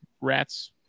rats